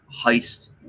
heist